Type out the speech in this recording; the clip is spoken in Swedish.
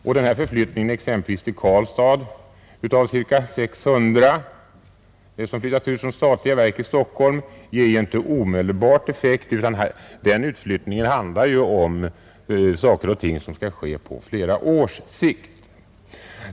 Och att ca 600 personer flyttas till Karlstad från statliga verk i Stockholm ger ju inte omedelbar effekt, utan den utflyttningen avser saker och ting som skall ske på flera års sikt.